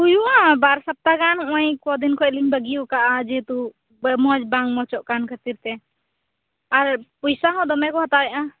ᱦᱩᱭᱩᱜᱼᱟ ᱵᱟᱨ ᱥᱚᱯᱛᱟ ᱜᱟᱱ ᱱᱚᱜᱼᱚᱭ ᱠᱚᱫᱤᱱ ᱠᱷᱚᱡᱞᱤᱧ ᱵᱟᱜᱤᱭᱚ ᱠᱟᱜᱼᱟ ᱡᱮᱦᱮᱛᱩ ᱵᱮᱢᱤᱡ ᱵᱟᱝ ᱢᱚᱡᱚᱜ ᱠᱟᱱ ᱠᱷᱟᱹᱛᱤᱨ ᱛᱮ ᱟᱨ ᱯᱩᱭᱥᱟ ᱦᱚ ᱫᱚᱢᱮᱠᱚ ᱦᱟᱛᱟᱣᱮᱜᱼᱟ